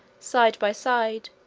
side by side,